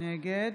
נגד